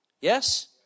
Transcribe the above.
Yes